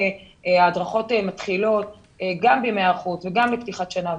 ההדרכות מתחילות גם בימי ההיערכות וגם בפתיחת שנה,